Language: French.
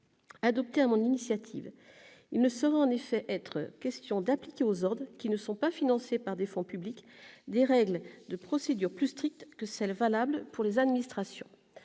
adoptée sur mon initiative. Il ne saurait en effet être question d'appliquer aux ordres, qui ne sont pas financés par des fonds publics, des règles de procédures plus strictes que celles qui sont valables pour les administrations